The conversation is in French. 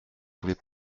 voulait